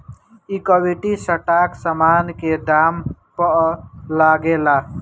equity stock समान के दाम पअ लागेला